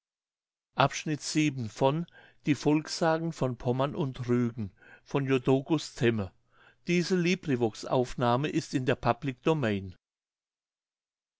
die volkssagen von pommern und rügen in der